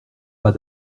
pas